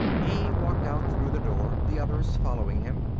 he walked out through the door, the others following him.